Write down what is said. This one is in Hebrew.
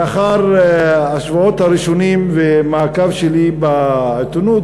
לאחר השבועות הראשונים ומעקב שלי בעיתונות,